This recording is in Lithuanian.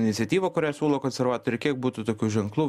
iniciatyvą kurią siūlo konservatoriai kiek būtų tokių ženklų